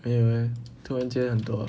没有呃突然间很多啊